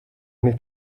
nicht